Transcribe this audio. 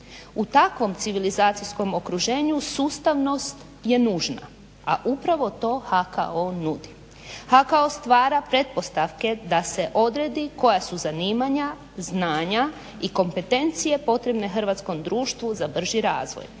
U takvom civilizacijskom okruženju sustavnost je nužna, a upravo to HKO nudi. HKO stvara pretpostavke da se odredi koja su zanimanja, znanja i kompetencije potrebne hrvatskom društvu za brži razvoj.